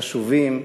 חשובים,